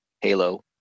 Halo